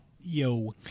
Yo